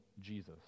Jesus